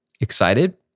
excited